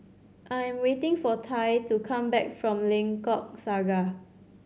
I am waiting for Tai to come back from Lengkok Saga